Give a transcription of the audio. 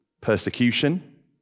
persecution